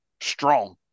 strong